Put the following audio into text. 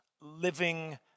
living